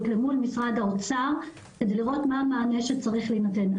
למול משרד האוצר כדי לראות מה המענה אשר צריך להינתן.